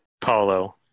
Paulo